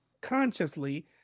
consciously